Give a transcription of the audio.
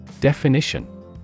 Definition